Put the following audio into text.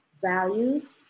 values